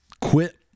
quit